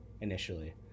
initially